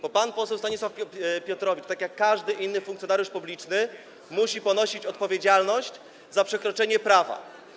Bo pan poseł Stanisław Piotrowicz, tak jak każdy inny funkcjonariusz publiczny, musi ponosić odpowiedzialność za przekroczenie prawa.